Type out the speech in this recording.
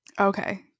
Okay